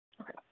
Okay